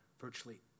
virtually